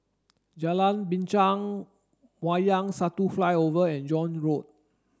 Jalan Binchang Wayang Satu Flyover and John Road